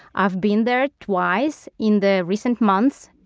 i've been there twice in the recent months.